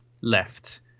left